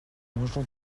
mangeons